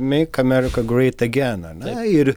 meik amerika greit agen ane ir